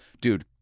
Dude